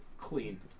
clean